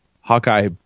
Hawkeye